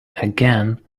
again